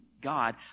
God